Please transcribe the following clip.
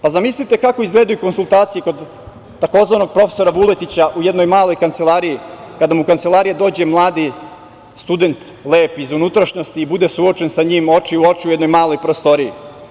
Pa zamislite kako izgledaju konsultacije kod tzv. prof. Vuletića u jednoj maloj kancelariji kada mu u kancelariju dođe jedan mladi student, lep i iz unutrašnjosti i bude suočen sa njim oči u oči u jednoj maloj prostoriji.